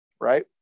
right